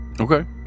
Okay